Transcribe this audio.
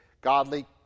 godly